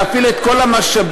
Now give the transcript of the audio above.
להפעיל את כל המשאבים,